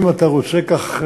אם אתה רוצה כך